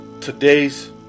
Today's